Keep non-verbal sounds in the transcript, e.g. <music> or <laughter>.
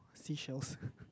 seashells <breath>